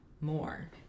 more